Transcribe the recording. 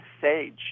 sage